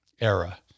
era